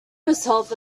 herself